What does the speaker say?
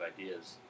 ideas